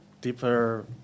deeper